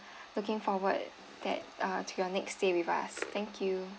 looking forward that uh to your next stay with us thank you